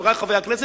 חברי חברי הכנסת,